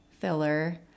filler